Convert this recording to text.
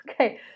Okay